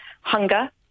hunger